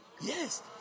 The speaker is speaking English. Yes